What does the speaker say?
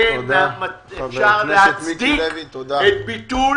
יהיה אפשר להצדיק את ביטול